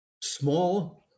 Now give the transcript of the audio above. small